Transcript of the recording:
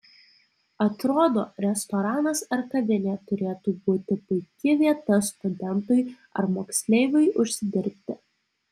atrodo restoranas ar kavinė turėtų būti puiki vieta studentui ar moksleiviui užsidirbti